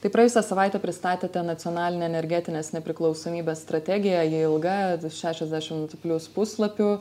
tai praėjusią savaitę pristatėte nacionalinę energetinės nepriklausomybės strategiją ji ilga šešiasdešimt plius puslapių